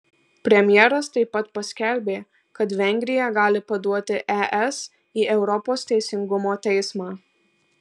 premjeras taip pat paskelbė kad vengrija gali paduoti es į europos teisingumo teismą